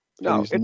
No